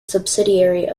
subsidiary